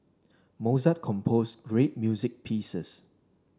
Mozart composed great music pieces